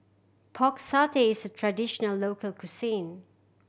Pork Satay is a traditional local cuisine